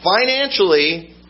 financially